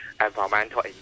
environmental